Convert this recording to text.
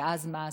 ואז מה עשינו?